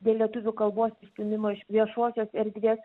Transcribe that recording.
dėl lietuvių kalbos išstūmimo iš viešosios erdvės